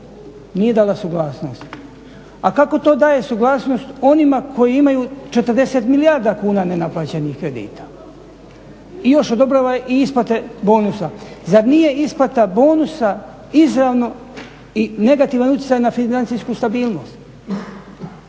nije dala suglasnost a kako to daje suglasnost onima koji imaju 40 milijardi kuna nenaplaćenih kredita i još odobravaju i isplate bonusa. Zar nije isplata bonusa izravno i negativan utjecaj na financijsku stabilnost